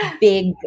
big